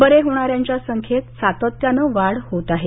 बरे होणाऱ्यांच्या संख्येत सातत्यानं वाढ होत आहे